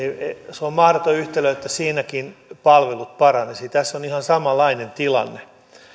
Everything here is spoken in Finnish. se on mahdoton yhtälö että siinäkin palvelut paranisivat tässä on ihan samanlainen tilanne